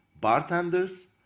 bartenders